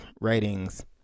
writings